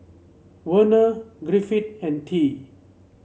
Werner Griffith and Tye